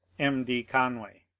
m. d. convay.